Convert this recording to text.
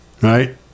right